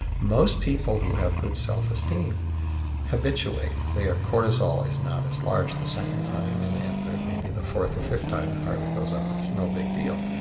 most people who have good self-esteem habituate, their cortisol is not as large the second time and and maybe the fourth or fifth time the and heart rate goes up but it's no big deal.